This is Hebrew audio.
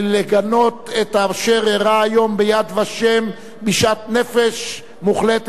לגנות את אשר אירע היום ב"יד ושם" בשאט נפש מוחלט